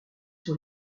sur